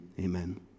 amen